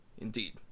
indeed